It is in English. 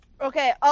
Okay